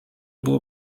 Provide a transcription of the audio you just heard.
było